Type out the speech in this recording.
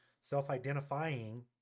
self-identifying